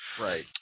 Right